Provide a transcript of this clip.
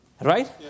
Right